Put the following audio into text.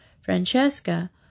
Francesca